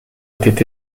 étaient